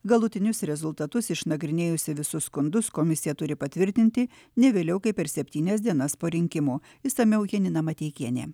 galutinius rezultatus išnagrinėjusi visus skundus komisija turi patvirtinti ne vėliau kaip per septynias dienas po rinkimų išsamiau janina mateikienė